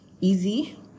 easy